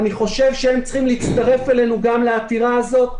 אני חושב שגם הם צריכים להצטרף אלינו לעתירה הזאת,